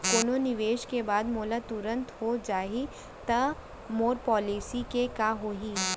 कोनो निवेश के बाद मोला तुरंत हो जाही ता मोर पॉलिसी के का होही?